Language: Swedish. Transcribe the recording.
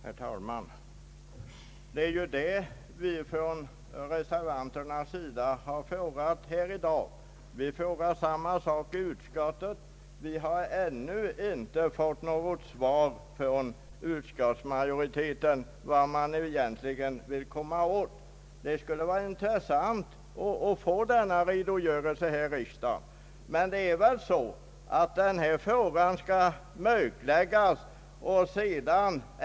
Herr talman! Den fråga som vi reservanter riktat här i dag framställde vi redan i utskottet. Vi har ännu inte fått något svar från företrädare för utskottsmajoriteten om vad de egentligen vill komma åt. Det skulle vara intressant att få en redogörelse här i riksdagen, men den saken skall väl mörkläggas tills vidare.